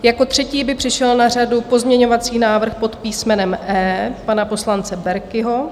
Jako třetí by přišel na řadu pozměňovací návrh pod písmenem E pana poslance Berkiho.